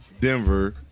Denver